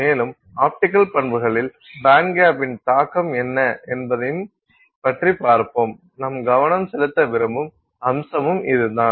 மேலும் ஆப்டிக்கல் பண்புகளில் பேண்ட்கேப்பின் தாக்கம் என்ன என்பதைப்பற்றி பார்ப்போம் நாம் கவனம் செலுத்த விரும்பும் அம்சமும் இதுதான்